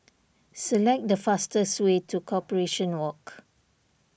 select the fastest way to Corporation Walk